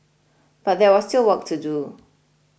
but there was still work to do